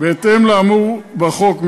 בהתאם לאמור בחוק,